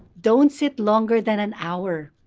don't sit longer than an hour.